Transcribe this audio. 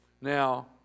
Now